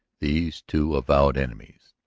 these two avowed enemies.